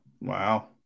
wow